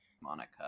Monica